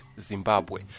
Zimbabwe